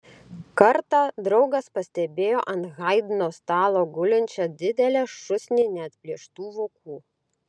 kartą draugas pastebėjo ant haidno stalo gulinčią didelę šūsnį neatplėštų vokų